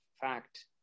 fact